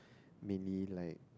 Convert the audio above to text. mainly like